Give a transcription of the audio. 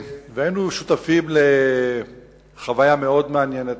היינו שותפים לחוויה מאוד מעניינת,